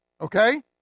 Okay